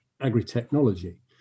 agri-technology